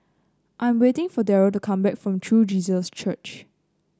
I'm waiting for Darryle to come back from True Jesus Church